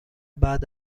بعد